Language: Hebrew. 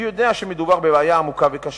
אני יודע שמדובר בבעיה עמוקה וקשה,